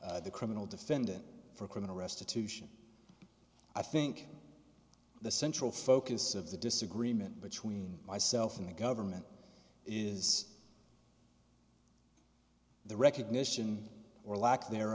f the criminal defendant for criminal restitution i think the central focus of the disagreement between myself and the government is the recognition or lack there